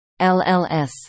lls